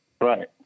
Right